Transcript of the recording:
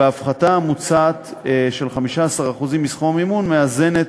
וההפחתה המוצעת של-15% מסכום המימון מאזנת,